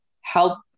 help